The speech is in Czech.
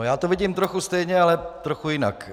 Já to vidím trochu stejně, ale trochu jinak.